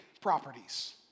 properties